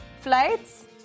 Flights